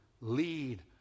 Lead